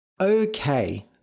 Okay